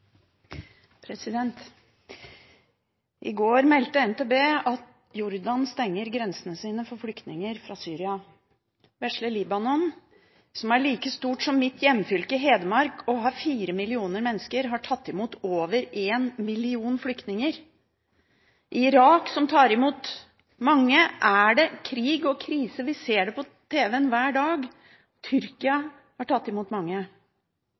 I går meldte NTB at Jordan stenger grensene sine for flyktninger fra Syria. Vesle Libanon, som er like stort som mitt hjemfylke, Hedmark, og har fire millioner mennesker, har tatt imot over en million flykninger. I Irak, som tar imot mange, er det krig og krise – vi ser det på tv hver dag. Tyrkia har tatt imot mange.